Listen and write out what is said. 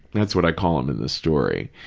that's what i call him in the story,